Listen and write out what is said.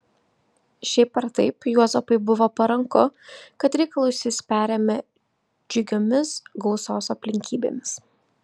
šiaip ar taip juozapui buvo paranku kad reikalus jis perėmė džiugiomis gausos aplinkybėmis